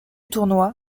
tournoi